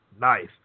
Nice